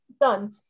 Done